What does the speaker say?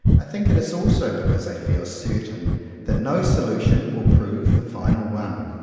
i think it is also because i feel certain that no solu tion will prove the final one.